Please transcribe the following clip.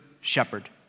shepherd